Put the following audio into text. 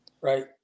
Right